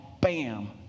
bam